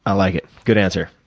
ah like it. good answer.